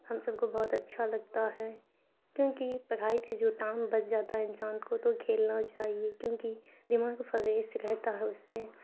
ہم سب کو بہت اچھا لگتا ہے کیونکہ پڑھائی سے جو ٹائم بچ جاتا ہے انسان کو تو کھیلنا چاہیے کیونکہ دماغ فریش رہتا ہے اس سے